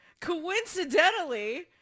coincidentally